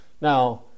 Now